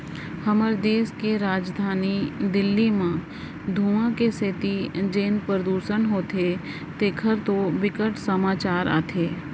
हमर देस के राजधानी दिल्ली म धुंआ के सेती जेन परदूसन होथे तेखर तो बिकट समाचार आथे